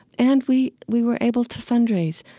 and we we were able to fundraise.